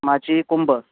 माझी कुंभ